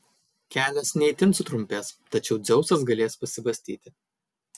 kelias ne itin sutrumpės tačiau dzeusas galės pasibastyti